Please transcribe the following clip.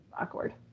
Awkward